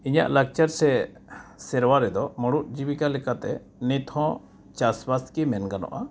ᱤᱧᱟᱹᱜ ᱞᱟᱠᱪᱟᱨ ᱥᱮ ᱥᱮᱨᱣᱟ ᱨᱮᱫᱚ ᱢᱩᱬᱩᱫ ᱡᱤᱵᱤᱠᱟ ᱞᱮᱠᱟᱛᱮ ᱱᱤᱛᱦᱚᱸ ᱪᱟᱥᱵᱟᱥ ᱜᱮ ᱢᱮᱱ ᱜᱟᱱᱚᱜᱼᱟ